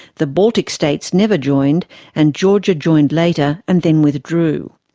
the baltic states never joined and georgia joined later and then withdrew.